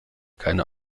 keine